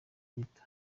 gito